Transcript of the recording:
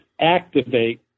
activate